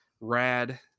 rad